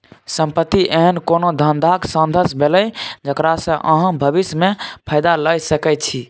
संपत्ति एहन कोनो धंधाक साधंश भेलै जकरा सँ अहाँ भबिस मे फायदा लए सकै छी